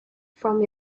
from